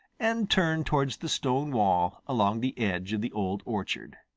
and turned towards the stone wall along the edge of the old orchard.